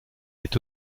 est